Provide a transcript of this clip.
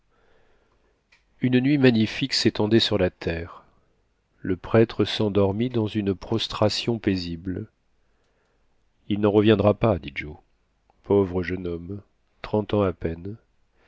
une nuit magnifique sétendait sur la terre le prêtre s'endormit dans une prostration paisible il n'en reviendra pas dit joe pauvre jeune homme trente ans à peine